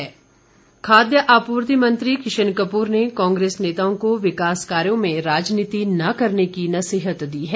किशन कपूर खाद्य आपूर्ति मंत्री किशन कपूर ने कांग्रेस नेताओं को विकास कार्यों में राजनीति न करने की नसीहत दी है